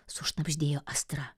sušnabždėjo astra